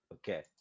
Okay